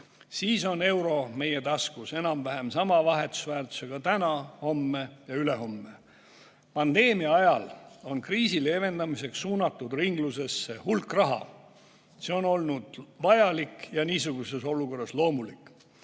Siis on euro meie taskus enam-vähem sama vahetusväärtusega täna, homme ja ülehomme. Pandeemia ajal on kriisi leevendamiseks suunatud ringlusesse hulk raha. See on olnud vajalik ja niisuguses olukorras loomulik.